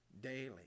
Daily